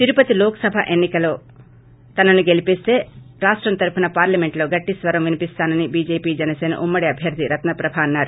తిరుపతి లోక్సభ ఉపఎన్ని కలో తనను గెలిపిస్తే రాష్టం తరపున పార్లమెంట్లో గట్టి స్వరం వినిపిస్తానని బీజేపీ జనసేన ఉమ్మడి అభ్యర్థి రత్నప్రభే అన్నారు